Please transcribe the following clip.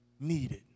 Needed